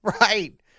Right